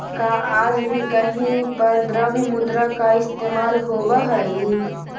का आज भी कहीं पर द्रव्य मुद्रा का इस्तेमाल होवअ हई?